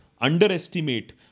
underestimate